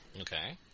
Okay